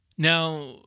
Now